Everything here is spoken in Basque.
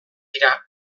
dira